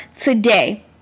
today